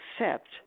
accept